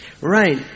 Right